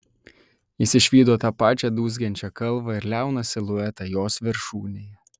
jis išvydo tą pačią dūzgiančią kalvą ir liauną siluetą jos viršūnėje